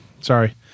Sorry